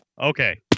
Okay